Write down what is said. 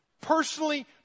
personally